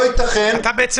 אתה בעצם